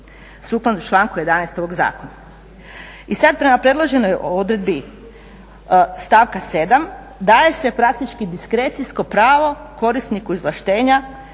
sukladno članku 11. ovog zakona. I sad prema predloženoj odredbi stavka 7. daje se praktički diskrecijsko pravo korisniku izvlaštenja